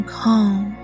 calm